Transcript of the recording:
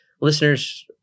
listeners